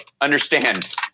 Understand